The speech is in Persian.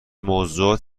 موضوعات